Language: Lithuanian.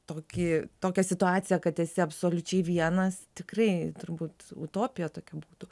tokį tokią situaciją kad esi absoliučiai vienas tikrai turbūt utopija tokia būtų